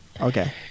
Okay